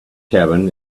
cabin